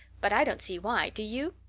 but i don't see why. do you?